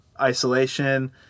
isolation